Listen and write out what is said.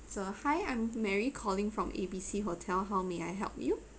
so hi I'm mary calling from A_B_C hotel how may I help you